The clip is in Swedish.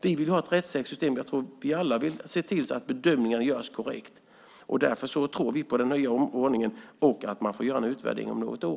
Vi vill ha ett rättssäkert system. Jag tror att vi alla vill att bedömningarna görs på ett korrekt sätt, och därför tror vi på den nya ordningen. Sedan får vi göra en utvärdering om något år.